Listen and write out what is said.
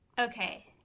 Okay